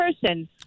person